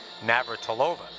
Navratilova